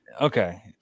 Okay